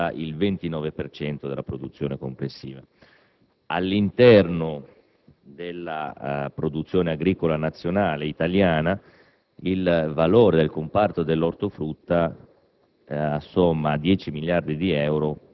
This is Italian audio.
e, per quanto riguarda la frutta, con il 29 per cento della produzione complessiva. All'interno della produzione agricola nazionale italiana, il valore del comparto dell'ortofrutta